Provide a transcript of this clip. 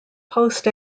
post